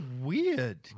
weird